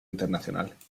internacional